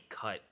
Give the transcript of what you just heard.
cut